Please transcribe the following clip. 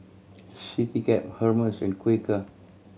Citycab Hermes and Quaker